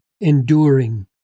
enduring